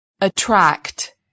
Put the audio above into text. attract